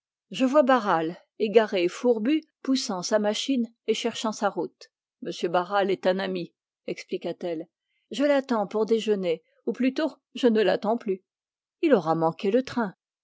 je vois barral égaré fourbu poussant sa machine et cherchant sa route monsieur barral est un ami je l'attends pour déjeuner ou plutôt je ne l'attends plus il aura manqué le train